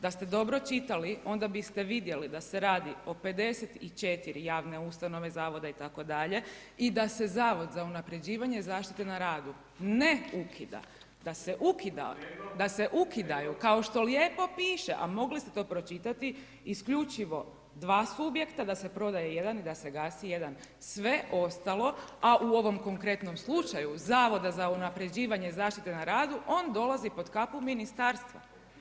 Da ste dobro čitali onda biste vidjeli da se radi o 54 javne ustanove Zavoda itd. i da se Zavod za unaprjeđivanje zaštite na radu ne ukida, da se ukidaju kao što lijepo piše, a mogli ste to pročitati, isključivo dva subjekta, da se prodaje jedan i da se gasi jedan, sve ostalo a u ovom konkretnom slučaju Zavoda za unaprjeđivanje zaštite na radu, on dolazi pod kapu ministarstva.